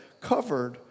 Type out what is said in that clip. covered